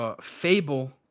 Fable